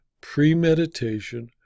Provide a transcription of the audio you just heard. premeditation